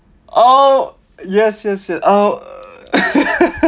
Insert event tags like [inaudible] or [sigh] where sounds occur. oh yes yes yes oh [laughs]